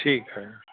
ठीकु आहे